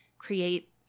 create